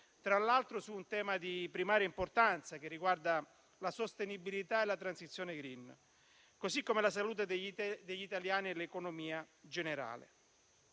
tra l'altro su un tema di primaria importanza, che riguarda la sostenibilità e la transizione *green*, così come la salute degli italiani e l'economia in generale.